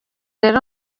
rero